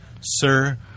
Sir